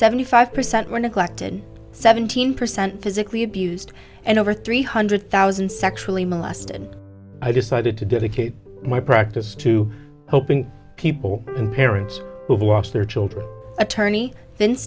seventy five percent were neglected seventeen percent physically abused and over three hundred thousand sexually molested i decided to dedicate my practice to helping people parents who've lost their children attorney